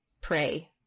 pray